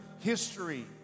history